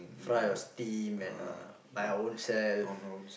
fry or steam and uh buy our own self